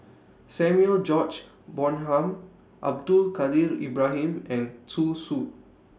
Samuel George Bonham Abdul Kadir Ibrahim and Zhu Xu